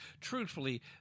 Truthfully